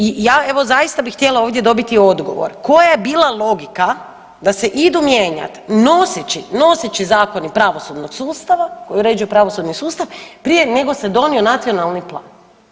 I ja evo zaista bi htjela ovdje dobiti odgovor, koja je bila logika da se idu mijenjat noseći, noseći zakoni pravosudnog sustava, koji uređuju pravosudni sustav prije nego se donio nacionalni plan.